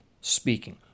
speaking